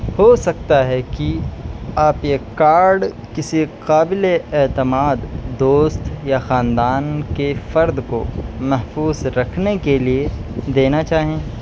ہو سکتا ہے کہ آپ یہ کارڈ کسی قابل اعتماد دوست یا خاندان کے فرد کو محفوظ رکھنے کے لیے دینا چاہیں